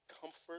comfort